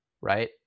right